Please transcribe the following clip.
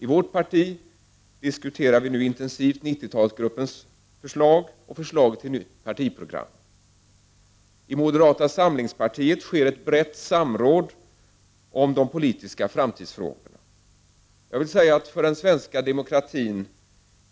I vårt parti diskuterar vi nu intensivt 90-talsgruppens förslag och förslaget till nytt partiprogram. I moderata samlingspartiet sker ett brett samråd om de politiska framtidsfrågorna. För den svenska demokratin